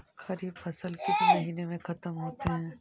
खरिफ फसल किस महीने में ख़त्म होते हैं?